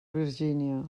virgínia